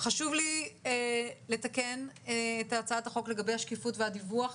חשוב לי לתקן את הצעת החוק לגבי השקיפות והדיווח,